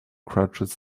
crouches